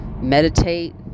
meditate